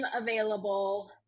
available